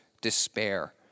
despair